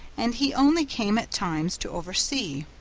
and he only came at times to oversee.